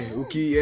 uki